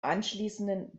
anschließenden